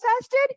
tested